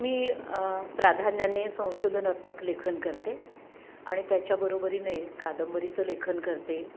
मी प्राधान्याने संशोधनात्मक लेखन करते आणि त्याच्याबरोबरीने कादंबरीचं लेखन करते